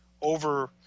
over